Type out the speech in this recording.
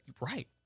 right